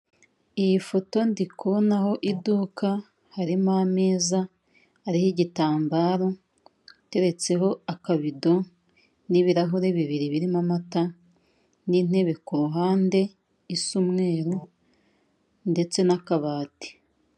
Iyi foto ndi kubonaho iduka harimo ameza, hariho igitambaro iteretseho akabido n'ibirahure bibiri birimo amata n'intebe ku ruhande isa umweru ndetse n'akabati.